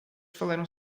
falaram